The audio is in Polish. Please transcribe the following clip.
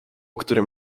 którym